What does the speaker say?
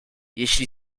jeśli